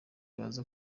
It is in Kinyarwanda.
baza